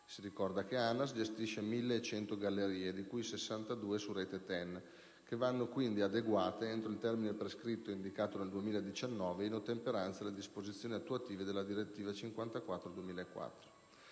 Si ricorda che ANAS gestisce 1.100 gallerie, di cui 62 su rete TEN, che vanno, quindi, adeguate entro il termine prescritto indicato nel 2019, in ottemperanza alle disposizioni attuative della direttiva 54/2004